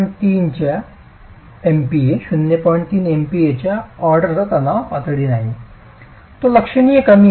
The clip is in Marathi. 3 MPa ऑर्डरचा तणाव पातळी नाही तो लक्षणीय कमी आहे